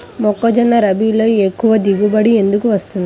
మొక్కజొన్న రబీలో ఎక్కువ దిగుబడి ఎందుకు వస్తుంది?